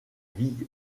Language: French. vie